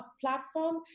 platform